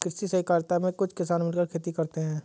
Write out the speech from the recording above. कृषि सहकारिता में कुछ किसान मिलकर खेती करते हैं